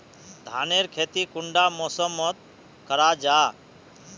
धानेर खेती कुंडा मौसम मोत करा जा?